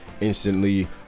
instantly